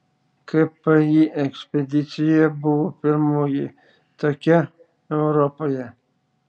kpi ekspedicija buvo pirmoji tokia europoje